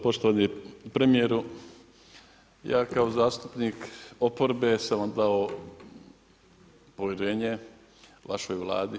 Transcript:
Poštovani premjeru, ja kao zastupnik oporbe sam vam dao povjerenje vašoj Vladi.